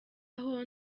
aho